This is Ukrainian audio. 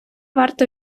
варто